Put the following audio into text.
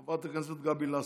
חברת הכנסת גבי לסקי.